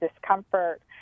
discomfort